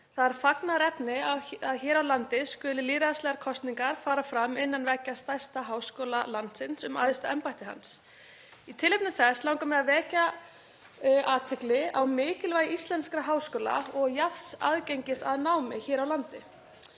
er fagnaðarefni að hér á landi skuli lýðræðislegar kosningar fara fram innan veggja stærsta háskóla landsins um æðsta embætti hans. Í tilefni þess langar mig að vekja athygli á mikilvægi íslenskra háskóla og jafns aðgengis að námi hér á landi.